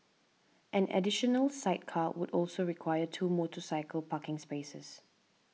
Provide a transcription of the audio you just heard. an additional sidecar would also require two motorcycle parking spaces